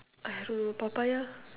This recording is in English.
I don't know Papaya